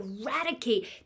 eradicate